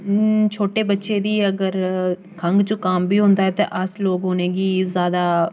छोटे बच्चे दी अगर खंघ जकाम बी होंदा ऐ ते अस लोक उ'नें गी जैदा